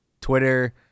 Twitter